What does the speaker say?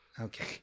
Okay